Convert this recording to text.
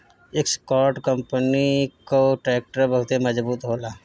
Escort company कअ tractor बहुते मजबूत होला